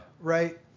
Right